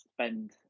spend